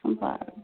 বাৰু